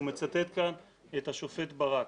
הוא מצטט כאן את השופט ברק.